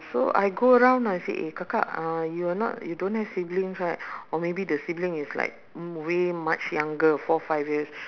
so I go around I said eh kakak uh you're not you don't have siblings right or maybe the sibling is like way much younger four five years